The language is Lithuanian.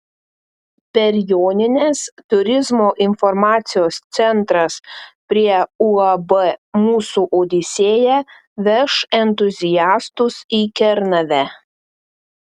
per jonines turizmo informacijos centras prie uab mūsų odisėja veš entuziastus į kernavę